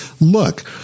Look